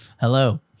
Hello